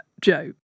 Joe